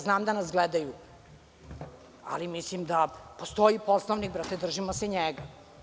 Znam da nas gledaju, ali mislim da postoji Poslovnik, držimo se njega.